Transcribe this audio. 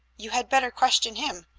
you had better question him.